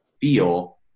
feel